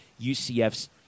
UCF's